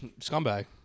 scumbag